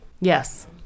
Yes